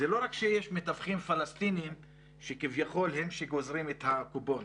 זה לא רק שיש מתווכים פלסטינים שכביכול הם שגוזרים את הקופון,